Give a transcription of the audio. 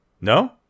No